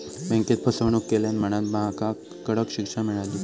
बँकेक फसवणूक केल्यान म्हणांन महकाक कडक शिक्षा मेळली